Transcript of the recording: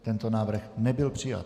Tento návrh nebyl přijat.